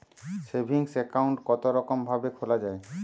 Saving account কতরকম ভাবে খোলা য়ায়?